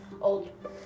old